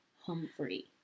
Humphrey